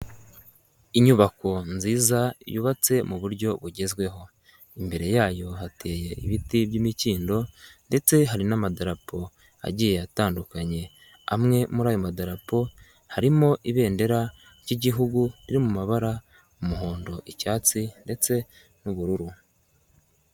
Inyubako nziza yubatse mu buryo bugezweho, imbere yayo hateye ibiti by'imikindo ndetse hari n'amadarapo agiye atandukanye, amwe muri ayo madarapo harimo ibendera ry'Igihugu riri mu mabara: umuhondo, icyatsi ndetse n'ubururu.